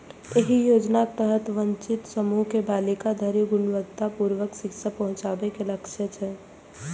एहि योजनाक तहत वंचित समूह के बालिका धरि गुणवत्तापूर्ण शिक्षा पहुंचाबे के लक्ष्य छै